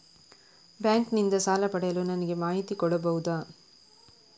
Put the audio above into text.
Bank ನಿಂದ ಸಾಲ ಪಡೆಯಲು ನನಗೆ ಮಾಹಿತಿ ಕೊಡಬಹುದ?